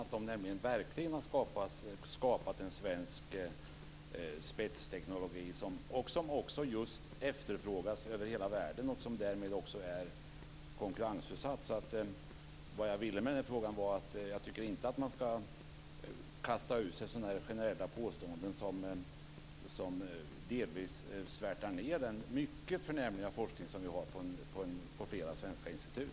Där har man verkligen skapat en svensk spetsteknologi som efterfrågas över hela världen och som därmed är konkurrensutsatt. Jag tycker inte att man ska kasta ur sig sådana generella påståenden som delvis svärtar ned den mycket förnämliga forskning som vi har på flera svenska institut.